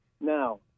Now